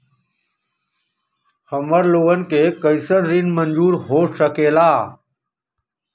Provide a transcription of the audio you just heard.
हमार लोगन के कइसन ऋण मंजूर हो सकेला?